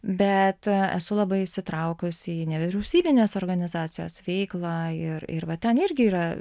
bet esu labai įsitraukusi į nevyriausybinės organizacijos veiklą ir ir va ten irgi yra